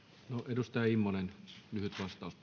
edustaja löfströmille